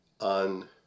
on